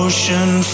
Ocean